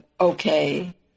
okay